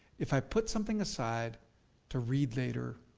if i put something aside to read later,